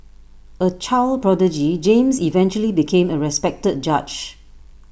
A child prodigy James eventually became A respected judge